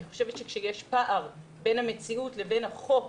אני חושבת שכשיש פער בין המציאות לבין החוק